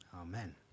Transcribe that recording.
Amen